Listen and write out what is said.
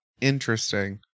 Interesting